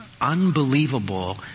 unbelievable